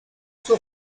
suo